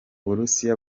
burusiya